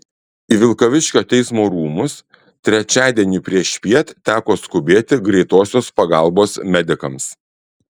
į vilkaviškio teismo rūmus trečiadienį priešpiet teko skubėti greitosios pagalbos medikams